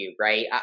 right